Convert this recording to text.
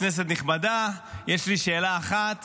כנסת נכבדה, יש לי שאלה אחת